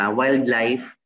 wildlife